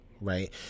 right